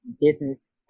business